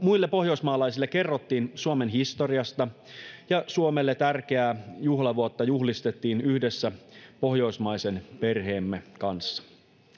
muille pohjoismaalaisille kerrottiin suomen historiasta ja suomelle tärkeää juhlavuotta juhlistettiin yhdessä pohjoismaisen perheemme kanssa